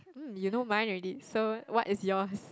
mm you know mine already so what is yours